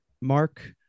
Mark